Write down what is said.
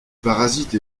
parasite